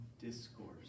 Discourse